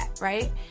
Right